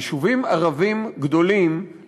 יישובים ערביים גדולים,